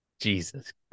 Jesus